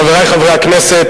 חברי חברי הכנסת,